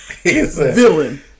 Villain